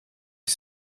qui